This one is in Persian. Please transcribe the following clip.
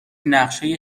نقشه